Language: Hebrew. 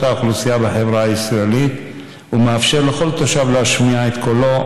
האוכלוסייה בחברה הישראלית ומאפשר לכל תושב להשמיע את קולו,